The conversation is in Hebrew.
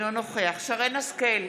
אינו נוכח שרן מרים השכל,